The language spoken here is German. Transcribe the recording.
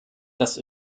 das